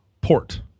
Port